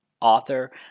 author